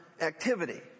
activity